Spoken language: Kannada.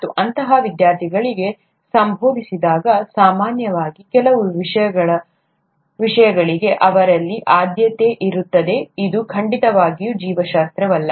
ಮತ್ತು ಅಂತಹ ವಿದ್ಯಾರ್ಥಿಗಳನ್ನು ಸಂಬೋಧಿಸಿದಾಗ ಸಾಮಾನ್ಯವಾಗಿ ಕೆಲವು ವಿಷಯಗಳಿಗೆ ಅವರಲ್ಲಿ ಆದ್ಯತೆ ಇರುತ್ತದೆ ಅದು ಖಂಡಿತವಾಗಿಯೂ ಜೀವಶಾಸ್ತ್ರವಲ್ಲ